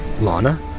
Lana